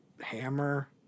hammer